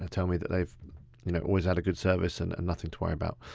tell me that they've you know always had a good service and and nothing to worry about.